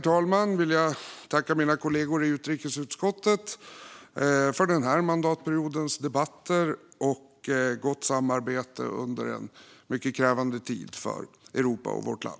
Med det vill jag tacka mina kollegor i utrikesutskottet för den här mandatperiodens debatter och gott samarbete under en mycket krävande tid för Europa och vårt land.